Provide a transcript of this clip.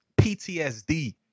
PTSD